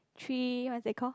three what is that call